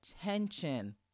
attention